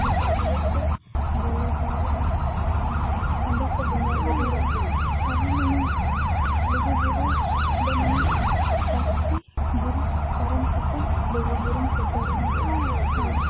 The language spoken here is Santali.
ᱵᱷᱩᱜᱟᱹᱜᱼᱵᱷᱩᱜᱟᱹᱜᱛᱮ ᱵᱚᱞᱚ ᱦᱩᱭᱩᱜᱼᱟ ᱟᱨ ᱚᱸᱰᱮᱠᱚ ᱵᱚᱸᱜᱟᱼᱵᱳᱨᱳᱭᱟ ᱟᱨᱦᱚᱸ ᱢᱟᱱᱮ ᱞᱩᱜᱩᱵᱩᱨᱩᱫᱚ ᱢᱟᱱᱮ ᱥᱟᱛᱴᱤ ᱵᱩᱨᱩ ᱯᱟᱨᱚᱢ ᱠᱟᱛᱮᱱ ᱞᱩᱜᱩᱵᱩᱨᱩᱢ ᱥᱮᱴᱮᱨᱚᱜᱼᱟ ᱟᱨ